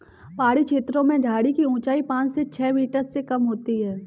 पहाड़ी छेत्रों में झाड़ी की ऊंचाई पांच से छ मीटर से कम होती है